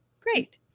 Great